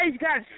guys